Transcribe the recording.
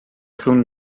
groen